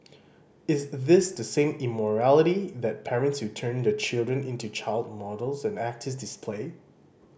is this the same immorality that parents who turn their children into child models and actor display